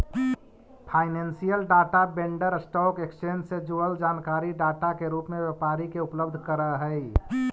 financial data vendor stock exchange से जुड़ल जानकारी डाटा के रूप में व्यापारी के उपलब्ध करऽ हई